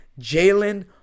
Jalen